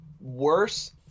worse